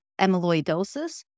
amyloidosis